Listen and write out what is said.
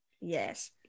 Yes